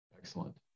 Excellent